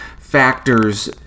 factors